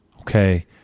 Okay